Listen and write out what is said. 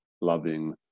loving